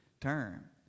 term